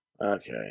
Okay